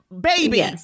baby